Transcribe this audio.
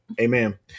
Amen